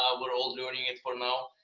ah we're all learning it for now.